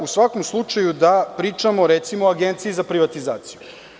U svakom slučaju, treba da pričamo recimo o Agenciji za privatizaciju.